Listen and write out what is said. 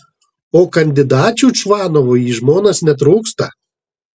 o kandidačių čvanovui į žmonas netrūksta